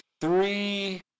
three